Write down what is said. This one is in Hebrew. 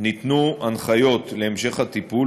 ניתנו הנחיות להמשך הטיפול,